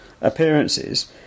appearances